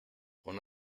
una